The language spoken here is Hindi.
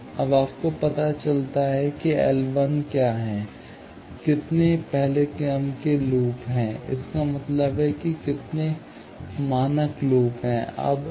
अब आपको पता चलता है कि L s क्या हैं कितने पहले पहले क्रम के लूप हैं इसका मतलब है कितने मानक लूप हैं